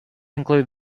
include